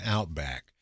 Outback